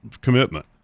commitment